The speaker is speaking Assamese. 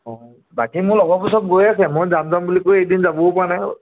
অঁ বাকী মোৰ লগৰবোৰ সব গৈ আছে মই যাম যাম বুলি কৈ এইকেইদিন যাবও পৰা নাই